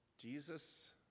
Jesus